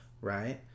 right